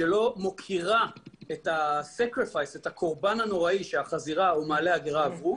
שלא מוקירה את הקורבן הנוראי שהחזירה או מעלה הגרה עברו